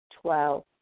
Twelve